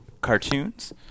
cartoons